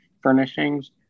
furnishings